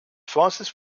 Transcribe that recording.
frances